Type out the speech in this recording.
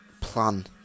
plan